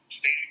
stay